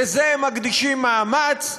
לזה הם מקדישים מאמץ,